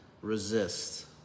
resist